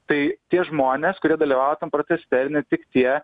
tai tie žmonės kurie dalyvavo tam proteste ir ne tik tie